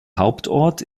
hauptort